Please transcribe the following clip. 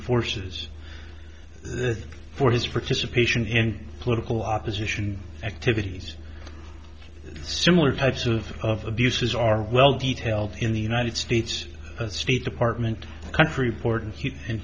forces for his participation in political opposition activities similar types of of abuses are well detailed in the united states state department country